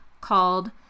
called